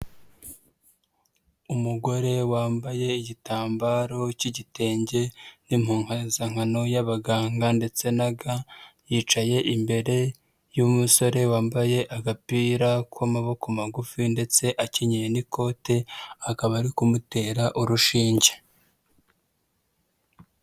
Umugore wambaye igitambaro k'igitenge n'impukazankano y'abaganga ndetse naga yicaye imbere y'umusore wambaye agapira k'amaboko magufi ndetse akenyeye n'ikote, akaba ari kumutera urushinge.